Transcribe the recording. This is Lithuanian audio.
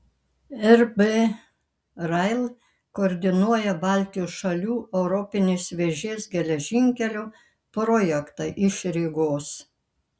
rb rail koordinuoja baltijos šalių europinės vėžės geležinkelio projektą iš rygos